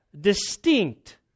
distinct